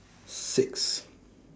six